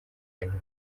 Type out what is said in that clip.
ibintu